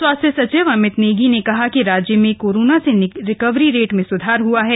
स्वास्थ्य सचिव अमित नेगी ने कहा कि राज्य में कोरोना से रिकवरी रेट में सुधार हआ है